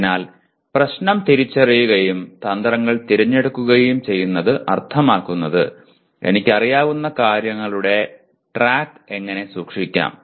അതിനാൽ പ്രശ്നം തിരിച്ചറിയുകയും തന്ത്രങ്ങൾ തിരഞ്ഞെടുക്കുകയും ചെയ്യുന്നത് അർത്ഥമാക്കുന്നത് എനിക്കറിയാവുന്ന കാര്യങ്ങളുടെ ട്രാക്ക് എങ്ങനെ സൂക്ഷിക്കാം